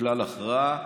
לכלל הכרעה.